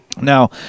Now